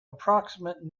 approximate